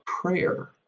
prayer